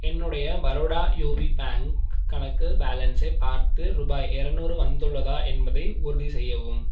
என்னுடைய Baroda UP bank கணக்கு பேலன்ஸை பார்த்து ரூபாய் இரநூறு வந்துள்ளதா என்பதை உறுதிசெய்யவும்